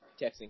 texting